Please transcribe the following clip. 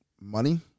money